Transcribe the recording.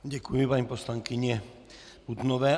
Děkuji paní poslankyni Putnové.